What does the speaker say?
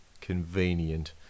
convenient